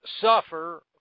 suffer